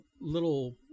little